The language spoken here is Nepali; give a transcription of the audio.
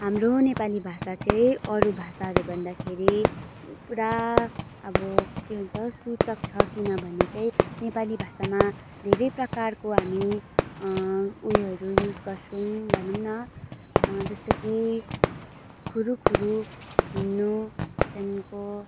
हाम्रो नेपाली भाषा चाहिँ अरू भाषाहरू भन्दाखेरि पुरा अब के भन्छ हो सूचक छ किनभने चाहिँ नेपाली भाषामा धेरै प्रकारको हामी उयोहरू युज गर्छौँ भनौँ न जस्तो कि खुरुखुरु हिँड्नु त्यहाँदेखिको